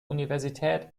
universität